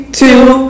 two